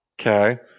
Okay